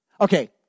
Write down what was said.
Okay